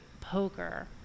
poker